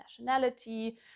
nationality